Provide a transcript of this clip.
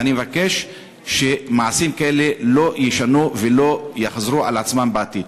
ואני מבקש שמעשים כאלה לא יישנו ולא יחזרו בעתיד.